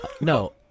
no